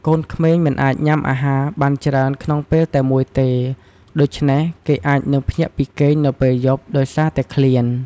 កូនក្មេងមិនអាចញុំាអាហារបានច្រើនក្នុងពេលតែមួយទេដូច្នេះគេអាចនឹងភ្ញាក់ពីគេងនៅពេលយប់ដោយសារតែឃ្លាន។